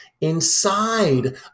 inside